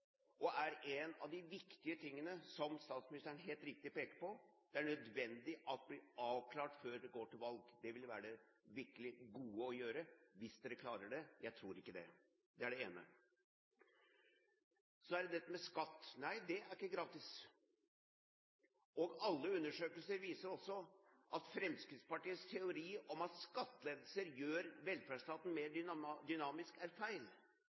viktige tingene – som statsministeren helt riktig pekte på – det er nødvendig å avklare før vi går til valg. Det vil være det virkelig gode å gjøre, hvis dere klarer det – jeg tror ikke det. Det er det ene. Så er det det med skatt. Nei, det er ikke gratis, og alle undersøkelser viser også at Fremskrittspartiets teori om at skattelettelser gjør velferdsstaten mer dynamisk, er feil: